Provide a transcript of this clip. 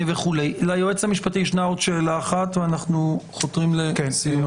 ליועץ המשפטי יש עוד שאלה אחת ואנחנו חותרים לסיום.